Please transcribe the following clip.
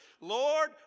Lord